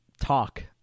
talk